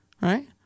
right